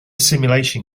simulation